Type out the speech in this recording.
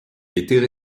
étaient